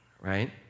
right